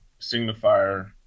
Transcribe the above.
signifier